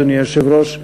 אדוני היושב-ראש,